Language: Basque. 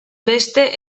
beste